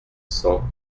cents